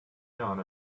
yarn